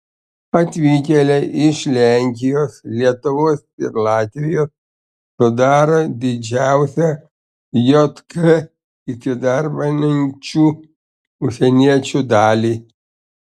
atvykėliai iš lenkijos lietuvos ir latvijos sudaro didžiausią jk įsidarbinančių užsieniečių dalį